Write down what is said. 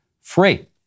free